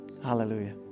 Hallelujah